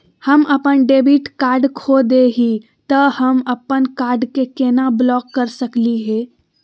हम अपन debit card खो दे ही, त हम अप्पन कार्ड के केना ब्लॉक कर सकली हे?